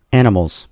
animals